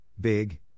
big